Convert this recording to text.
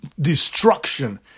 destruction